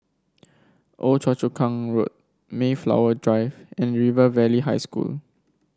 Old Choa Chu Kang Road Mayflower Drive and River Valley High School